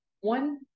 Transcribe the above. one